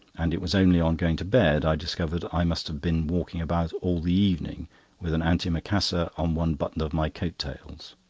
and it was only on going to bed i discovered i must have been walking about all the evening with an antimacassar on one button of my coat-tails.